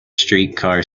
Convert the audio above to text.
streetcar